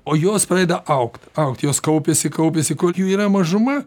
o jos pradeda augt augt jos kaupiasi kaupiasi kol jų yra mažuma